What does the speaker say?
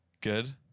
Good